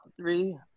three